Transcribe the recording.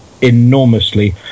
enormously